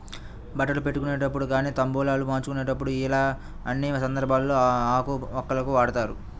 బట్టలు పెట్టుకునేటప్పుడు గానీ తాంబూలాలు మార్చుకునేప్పుడు యిలా అన్ని సందర్భాల్లోనూ ఆకు వక్కలను వాడతారు